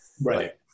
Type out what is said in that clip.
Right